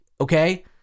Okay